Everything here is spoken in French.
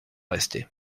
rester